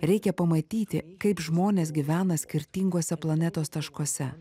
reikia pamatyti kaip žmonės gyvena skirtinguose planetos taškuose